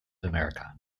america